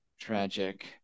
Tragic